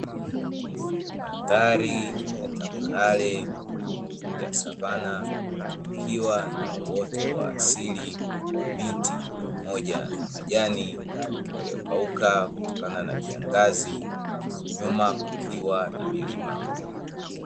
Mandhari ya tambarare ya savana, yakiwa na uoto wa asili wa miti pamoja na majani yaliyokauka kutokana na kiangazi huku nyuma pakiwa na milima.